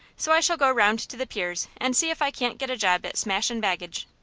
so i shall go round to the piers and see if i can't get a job at smashin baggage.